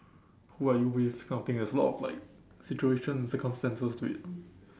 who are you with this kind of thing there is a lot of like situation circumstances to it